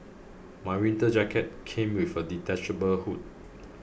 my winter jacket came with a detachable hood